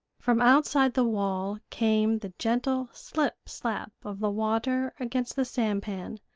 from outside the wall came the gentle slip-slap of the water against the sampan,